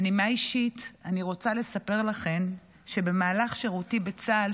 בנימה אישית אני רוצה לספר לכן שבמהלך שירותי בצה"ל,